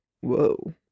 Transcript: whoa